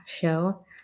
show